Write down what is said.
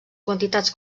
quantitats